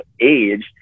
age